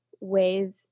ways